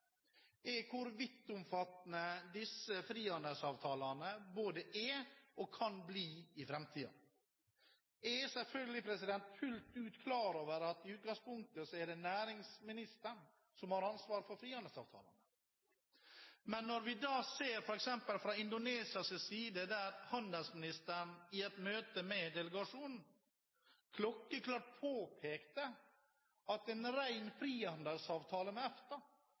er hvor vidtomfattende disse frihandelsavtalene både er og kan bli i framtiden. Jeg er selvfølgelig fullt ut klar over at i utgangspunktet er det næringsministeren som har ansvar for frihandelsavtalene. Men når vi ser f.eks. fra Indonesias side at handelsministeren i et møte med delegasjonen klokkeklart påpekte at en ren frihandelsavtale med EFTA,